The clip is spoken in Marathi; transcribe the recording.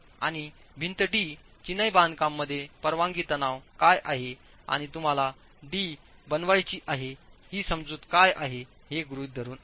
आणि भिंत d चिनाई बांधकाम मध्ये परवानगी तणाव काय आहे आणि तुम्हाला डी 'बनवायची आहे ही समजूत काय आहे हे गृहित धरुन आहे